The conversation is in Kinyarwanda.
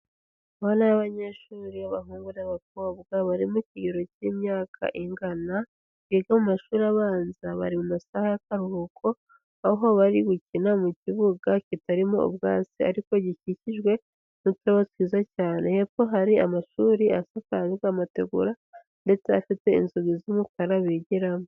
Abana b'abanyeshuri b'abahungu n'abakobwa bari mu kigero cy'imyaka ingana biga mu mashuri abanza, bari mu masaha y'akaruhuko aho bari gukina mu kibuga kitarimo ubwatsi ariko gikikijwe n'uturabo twiza cyane, hepfo hari amashuri asakajwe amategura ndetse afite inzugi z'umukara bigiramo.